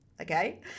Okay